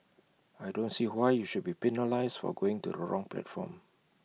I don't see why you should be penalised for going to the wrong platform